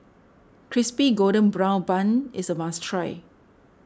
Crispy Golden Brown Bun is a must try